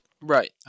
Right